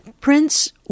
Prince